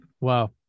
wow